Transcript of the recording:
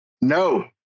No